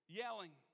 yelling